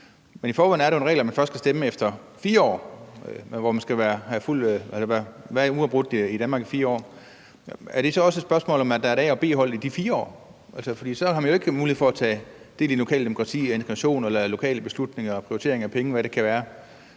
jo i forvejen en regel om, at man først kan stemme efter 4 år, altså efter at have været i Danmark i uafbrudt 4 år. Er det så også et spørgsmål om, at der i de 4 år er et A- og et B-hold? For så har man jo ikke mulighed for at tage del i det lokale demokrati og i de lokale beslutninger om prioritering af penge, og hvad det kan være,